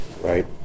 right